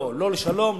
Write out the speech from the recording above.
לא לשלום,